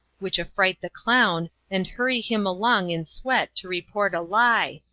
which affright the clown, and hurry him along in sweat to report a lie,